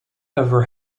ever